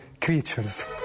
creatures